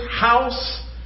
house